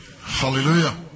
Hallelujah